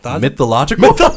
mythological